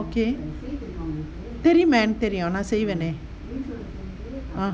okay தெரியுமே எனக்கு தெரியுமே நான் செய்வனே:theriyume enakku theriyume naaan seivane ah